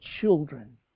children